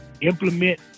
Implement